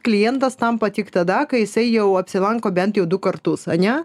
klientas tampa tik tada kai jisai jau apsilanko bent jau du kartus ane